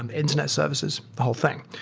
um internet services, the whole thing.